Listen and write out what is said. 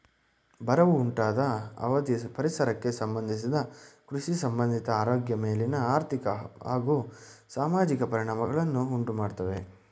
ಬರವು ಉಂಟಾದ ಅವಧಿ ಪರಿಸರಕ್ಕೆ ಸಂಬಂಧಿಸಿದ ಕೃಷಿಸಂಬಂಧಿತ ಆರೋಗ್ಯ ಮೇಲಿನ ಆರ್ಥಿಕ ಹಾಗೂ ಸಾಮಾಜಿಕ ಪರಿಣಾಮಗಳನ್ನು ಉಂಟುಮಾಡ್ತವೆ